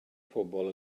pobl